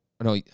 no